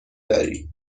داری